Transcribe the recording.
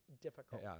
difficult